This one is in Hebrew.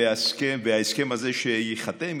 וההסכם הזה שייחתם,